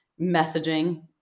messaging